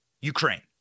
Ukraine